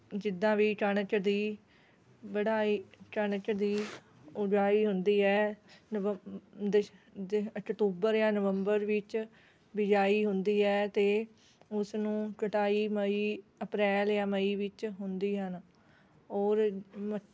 ਜਿੱਦਾਂ ਵੀ ਕਣਕ ਦੀ ਵਢਾਈ ਕਣਕ ਦੀ ਉਗਾਈ ਹੁੰਦੀ ਹੈ ਨਵੰਬ ਦਸ ਦ ਅਕਤੂਬਰ ਜਾਂ ਨਵੰਬਰ ਵਿੱਚ ਬਿਜਾਈ ਹੁੰਦੀ ਹੈ ਅਤੇ ਉਸ ਨੂੰ ਕਟਾਈ ਮਈ ਅਪ੍ਰੈਲ ਜਾਂ ਮਈ ਵਿੱਚ ਹੁੰਦੀ ਹਨ ਔਰ ਮ